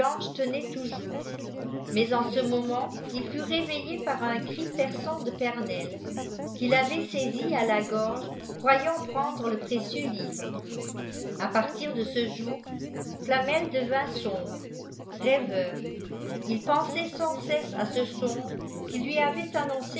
tenait touours mais en ce xicdneit il fut réveillé par un cri perçant de pernelle qu'il avait saisie à isi gorge croyant prendre le précieux livrek paitirde ceur flamel devint sombre rêveur il pensait sans cesse à ûe songe qui lui avait